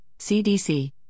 CDC